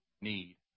need